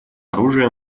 оружия